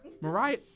Mariah